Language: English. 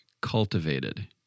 cultivated